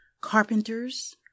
carpenters